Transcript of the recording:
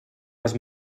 les